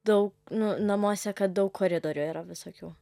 daug nu namuose kad daug koridorių yra visokių